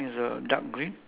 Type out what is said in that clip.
pants